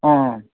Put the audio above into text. ಹ್ಞೂ